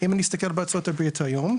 אם נסתכל בארצות הברית היום,